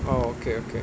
orh okay okay